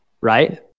right